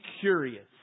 curious